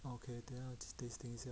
okay then 我去 taste 他一下